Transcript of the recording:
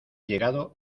llegado